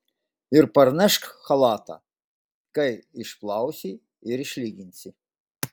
ir parnešk chalatą kai išplausi ir išlyginsi